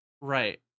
right